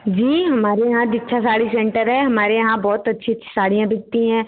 जी हमारे यहाँ दीक्षा साड़ी सेंटर है हमारे यहाँ बहुत अच्छी अच्छी साड़ियाँ बिकती हैं